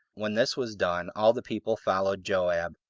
when this was done, all the people followed joab.